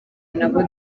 nabo